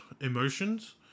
emotions